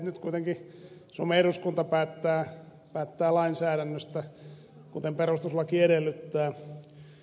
nyt kuitenkin suomen eduskunta päättää lainsäädännöstä kuten perustuslaki edellyttää